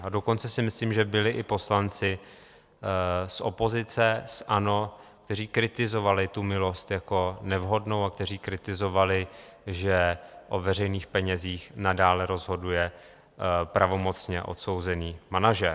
A dokonce si myslím, že byli i poslanci z opozice, z ANO, kteří kritizovali tu milost jako nevhodnou a kteří kritizovali, že o veřejných penězích nadále rozhoduje pravomocně odsouzený manažer.